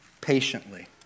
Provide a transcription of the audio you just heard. patiently